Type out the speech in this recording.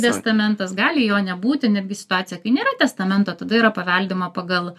testamentas gali jo nebūti netgi situacija kai nėra testamento tada yra paveldima pagal